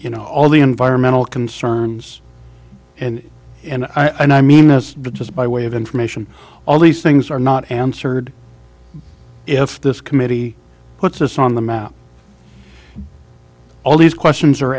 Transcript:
you know all the environmental concerns and and i mean that's just by way of information all these things are not answered if this committee puts us on the map all these questions are